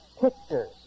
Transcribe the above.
pictures